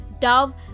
Dove